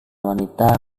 wanita